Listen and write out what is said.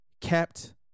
kept